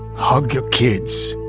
hug your kids.